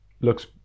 looks